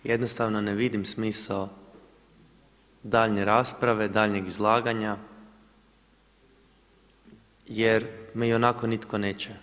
Jednostavno ne vidim smisao daljnje rasprave, daljnjeg izlaganja jer me ionako ne čuje.